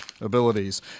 abilities